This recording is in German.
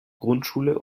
grundschule